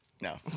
No